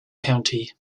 county